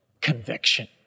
conviction